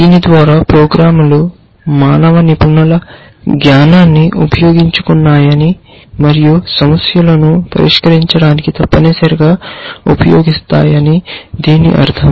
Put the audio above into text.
దీని ద్వారా ప్రోగ్రామ్లు మానవ నిపుణుల జ్ఞానాన్ని ఉపయోగించుకున్నాయని మరియు సమస్యలను పరిష్కరించడానికి తప్పనిసరిగా ఉపయోగిస్తాయని దీని అర్థం